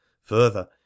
Further